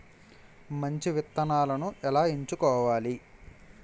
మంచి విత్తనాలను ఎలా ఎంచుకోవాలి?